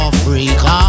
Africa